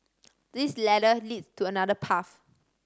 this ladder leads to another path